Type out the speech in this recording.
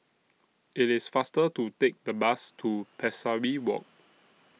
IT IS faster to Take The Bus to Pesari Walk